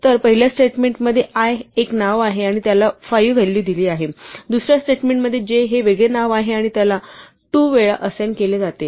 तर पहिल्या स्टेटमेंट मध्ये i एक नाव आहे आणि त्याला 5 व्हॅल्यू दिली आहे दुसऱ्या स्टेटमेंट मध्ये j हे वेगळे नाव आहे आणि त्याला 2 वेळा असाइन केले जाते